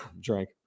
Drink